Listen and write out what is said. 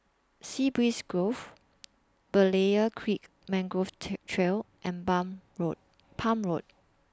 Sea Breeze Grove Berlayer Creek Mangrove Trail and bum Road Palm Road